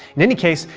in any case,